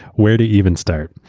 where do you even start?